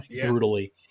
brutally